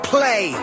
Play